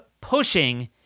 pushing